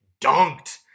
dunked